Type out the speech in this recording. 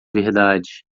verdade